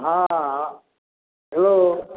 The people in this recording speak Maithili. हँ यौ